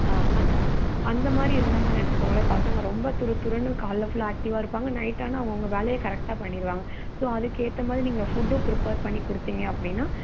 ஆ அந் அந்தமாதிரி இருந்தாங்கன்னு வச்சுக்கோங்களேன் பசங்க ரொம்ப துருதுருன்னு காலில் ஃபுல்லாக ஆக்டிவாக இருப்பாங்க நைட் ஆனால் அவங்கவுங்க வேலையை கரெக்டாக பண்ணிருவாங்க ஸோ அதுக்கு எத்தமாதிரி நீங்கள் ஃபுட்டு ப்ரிப்பர் பண்ணி கொடுத்திங்க அப்படின்னா